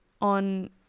on